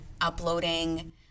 uploading